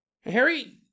Harry